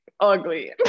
ugly